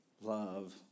love